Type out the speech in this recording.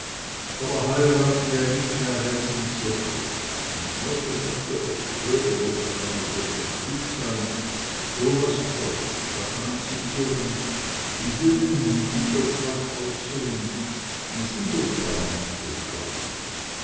aber heiraten is ja nich bei renz in n zirkus und schmolke sagte oft höre rosalie das laß gut sein so was täuscht da kann man sich irren die dünnen un die so schwach aussehn die sind oft gar nich so schwach